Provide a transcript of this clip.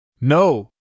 No